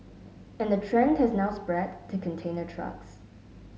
and the trend has now spread to container trucks